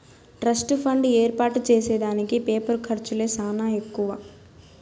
trust fund ఏర్పాటు చేసే దానికి పేపరు ఖర్చులే సానా ఎక్కువ